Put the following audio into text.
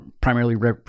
primarily